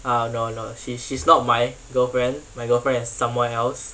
ah no no she she's not my girlfriend my girlfriend is somewhere else